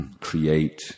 create